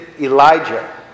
Elijah